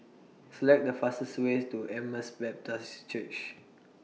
Select The fastest Way to Emmaus Baptist Church